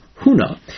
Huna